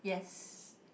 yes